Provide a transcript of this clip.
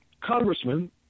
congressman